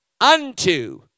unto